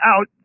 out